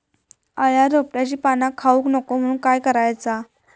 अळ्या रोपट्यांची पाना खाऊक नको म्हणून काय करायचा?